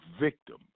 victim